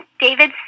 David